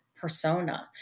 persona